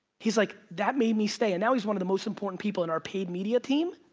he's like, that made me stay. and now he's one of the most important people in our paid media team.